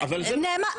ברור, אבל זה לא נעשה.